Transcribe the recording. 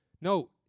No